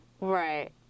Right